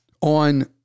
on